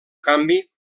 canvi